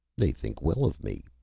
they think well of me,